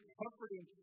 comforting